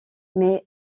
mais